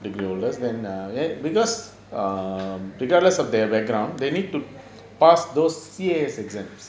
mm